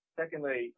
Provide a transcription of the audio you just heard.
secondly